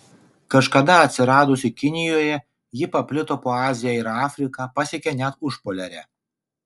kažkada atsiradusi kinijoje ji paplito po aziją ir afriką pasiekė net užpoliarę